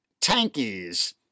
tankies